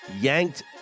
yanked